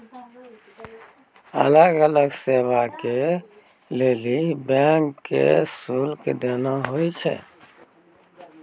अलग अलग सेवा के लेली बैंक के शुल्क देना होय छै